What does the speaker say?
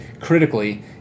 critically